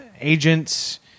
agents